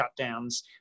shutdowns